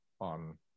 on